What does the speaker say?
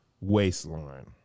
waistline